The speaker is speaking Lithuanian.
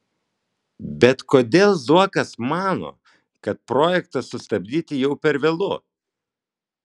bet kodėl zuokas mano kad projektą sustabdyti jau per vėlu